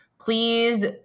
please